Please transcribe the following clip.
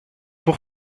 pour